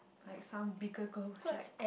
like some bigger goals like